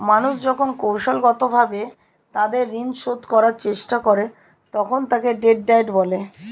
মানুষ যখন কৌশলগতভাবে তাদের ঋণ শোধ করার চেষ্টা করে, তখন তাকে ডেট ডায়েট বলে